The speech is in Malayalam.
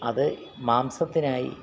അത് മാംസത്തിനായി